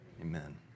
Amen